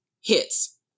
hits